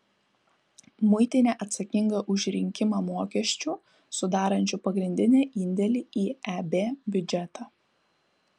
muitinė atsakinga už rinkimą mokesčių sudarančių pagrindinį indėlį į eb biudžetą